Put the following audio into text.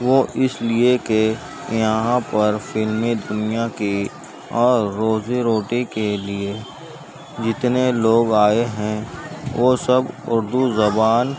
وہ اس لیے کہ یہاں پر فلمی دنیا کی اور روزی روٹی کے لیے جتنے لوگ آئے ہیں وہ سب اردو زبان